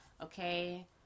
okay